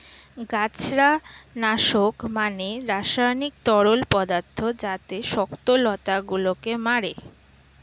গাছড়া নাশক মানে রাসায়নিক তরল পদার্থ যাতে শক্ত লতা গুলোকে মারে